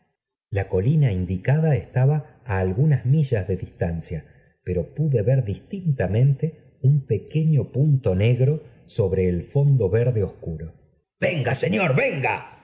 la colina indicada estaba á algunas millas de distancia pero pude ver distintamente un pequeño punto negro sobre el fondo verde obtííkjro venga señor venga me